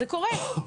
זה קורה.